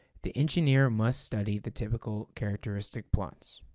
the engineer must study the typical characteristic plots.